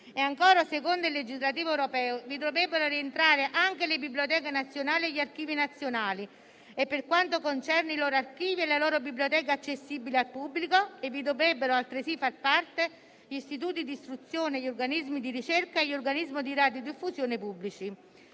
Ancora, secondo il legislatore europeo, vi dovrebbero rientrare anche le biblioteche nazionali e gli archivi nazionali e, per quanto concerne i loro archivi e le loro biblioteche accessibili al pubblico, ne dovrebbero altresì far parte gli istituti d'istruzione, gli organismi di ricerca e gli organismi di radiodiffusione pubblici.